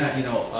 you know,